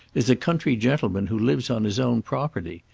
is a country gentleman who lives on his own property.